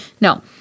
no